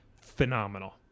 Phenomenal